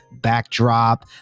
backdrop